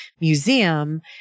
Museum